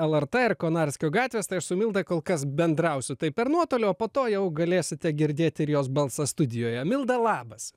el er t ir konarskio gatvės tai aš su milda kol kas bendrausiu tai per nuotolį o po to jau galėsite girdėti ir jos balsą studijoje milda labas